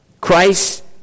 Christ